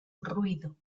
ruido